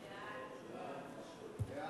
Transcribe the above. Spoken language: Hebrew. ההצעה